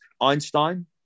einstein